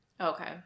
okay